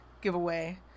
giveaway